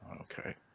Okay